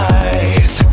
eyes